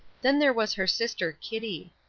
then there was her sister kitty.